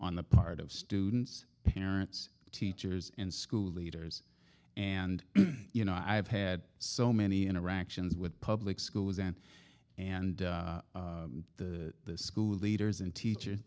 on the part of students parents teachers and school leaders and you know i have had so many interactions with public schools and and the school leaders and teacher